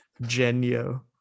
Genio